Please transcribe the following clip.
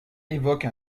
évoquent